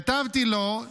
כתבתי לו: